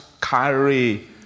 carry